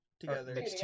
together